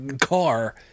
car